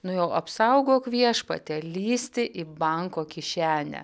nu jau apsaugok viešpatie lįsti į banko kišenę